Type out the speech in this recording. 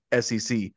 SEC